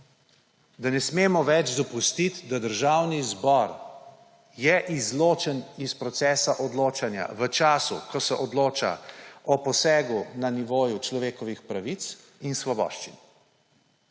da ne smemo več dopustiti, da je Državni zbor izločen iz procesa odločanja v času, ko se odloča o posegu na nivoju človekovih pravic in svoboščin.